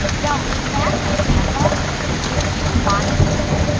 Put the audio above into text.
now back on canva if you wanted to